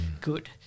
good